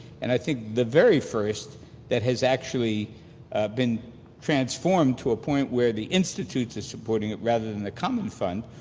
and i think the very first that has actually been transformed to a point where the institute is supporting it rather than the common fund,